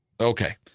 Okay